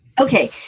Okay